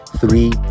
Three